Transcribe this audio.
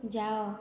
ଯାଅ